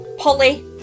Polly